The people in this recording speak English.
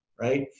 right